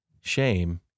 Shame